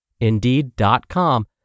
Indeed.com